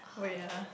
wait ah